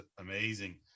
amazing